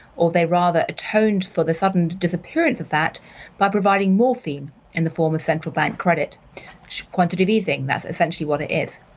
or they rather atoned for the sudden disappearance of that by providing morphine in the form of central bank credit quantitative easing, that's essentially what it is.